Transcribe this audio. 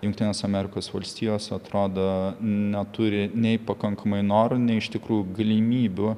jungtinės amerikos valstijos atrodo neturi nei pakankamai noro nei iš tikrų galimybių